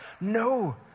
no